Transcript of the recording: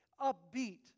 upbeat